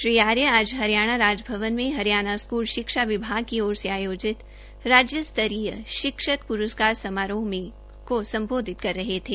श्री आर्य आज हरियाणा राजभवन में हरियाणा स्कूल शिक्षा विभाग की ओर से आयोजित राज्य स्त्रीय शिक्षक समारोह मे स्मबोधित कर रहे थे